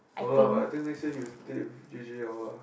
no lah but I think next year he will stay with J_J all lah